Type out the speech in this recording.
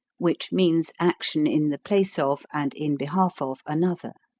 which means action in the place of, and in behalf of, another.